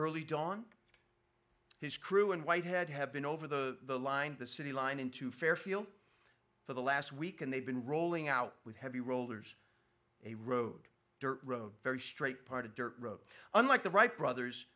early dawn his crew and whitehead have been over the line the city line into fairfield for the last week and they've been rolling out with heavy rollers a road dirt road very straight part a dirt road unlike the wright brothers